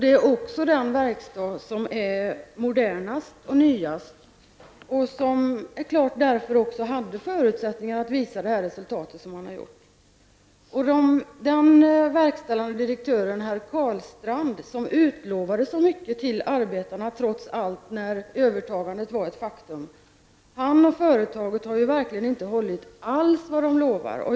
Det är också den verkstad som är modernast och nyast och som därför också hade förutsättningar att visa detta resultat. Den verkställande direktören herr Karlstrand och företaget, som trots allt utlovade så mycket till arbetarna när övertagandet var ett faktum, har inte alls hållit vad de utlovat.